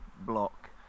block